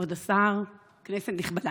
כבוד השר, כנסת נכבדה,